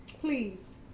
Please